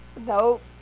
Nope